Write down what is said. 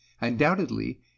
Undoubtedly